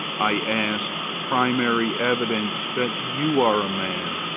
i ask primary evidence that you are a man,